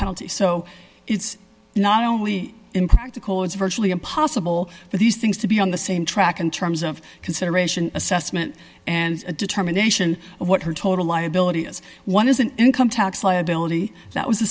penalty so it's not only in practical it's virtually impossible for these things to be on the same track in terms of consideration assessment and a determination of what her total liability is what is an income tax liability that was the